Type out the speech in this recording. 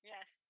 Yes